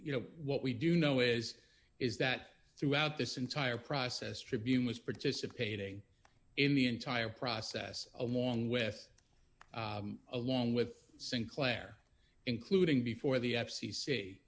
you know what we do know is is that throughout this entire process tribune was participating in the entire process along with along with sinclair including before the f